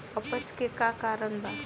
अपच के का कारण बा?